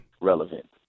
relevant